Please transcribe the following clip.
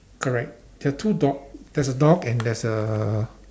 correct there are two dog there's a dog and there's a